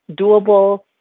doable